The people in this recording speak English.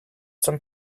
some